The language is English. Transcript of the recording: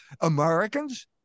Americans